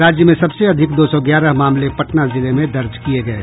राज्य में सबसे अधिक दो सौ ग्यारह मामले पटना जिले में दर्ज किये गये